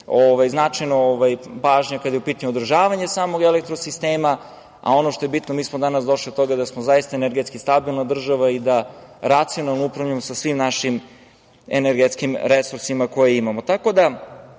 značajna pažnja kada je u pitanju održavanje samog elektro-sistema, a ono što je bitno, mi smo danas došli do toga da smo zaista energetski stabilna država i da racionalno upravljamo sa svim našim energetskim resursima koje imamo. Tako